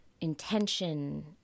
intention